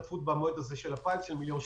המועד הזה כולל השתתפות של הפיס במיליון שקלים.